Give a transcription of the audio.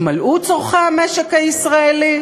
יתמלאו צורכי המשק הישראלי,